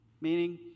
meaning